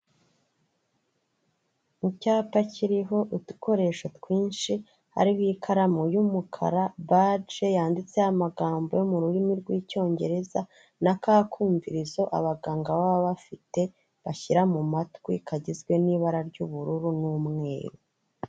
Icyapa kiriho udukoresho twinshi. Hariho ikaramu y'umukara, bage yanditseho amagambo yo mu rurimi rw'Icyongereza, na ka kumvirizo abaganga baba bafite bashyira mu matwi kagizwe n'ibara ry'ubururu n'umweru.